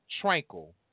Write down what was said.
tranquil